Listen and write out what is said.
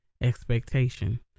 expectation